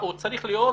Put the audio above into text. הוא צריך להיות